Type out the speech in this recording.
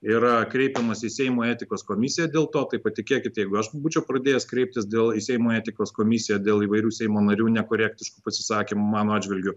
yra kreipiamas į seimo etikos komisiją dėl to tai patikėkit jeigu aš būčiau pradėjęs kreiptis dėl į seimo etikos komisiją dėl įvairių seimo narių nekorektiškų pasisakymų mano atžvilgiu